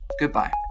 goodbye